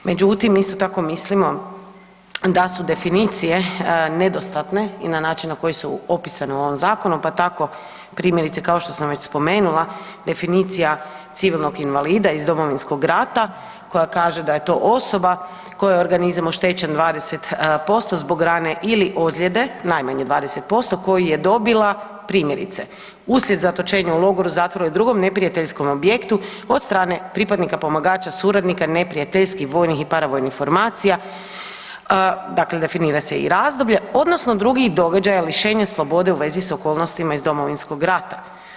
Međutim, isto tako mislimo da su definicije nedostatne i na način na koji su opisane u ovom zakonu, pa tako primjerice kao što sam već spomenula definicija civilnog invalida iz Domovinskog rata koja kaže da je to osoba kojoj je organizam oštećen 20% zbog rane ili ozljede, najmanje 20%, koji je dobila primjerice uslijed zatočenja u logoru, zatvoru i drugom neprijateljskom objektu od strane pripadnika pomagača suradnika neprijateljskih vojnih i paravojnih formacija, dakle definira se i razdoblje, odnosno drugih događaja lišenja slobode u vezi s okolnostima iz Domovinskog rata.